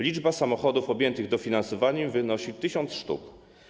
Liczba samochodów objętych dofinansowaniem wynosi 1 tys. sztuk.